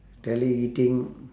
eating